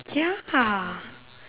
ya